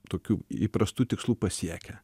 tokių įprastų tikslų pasiekę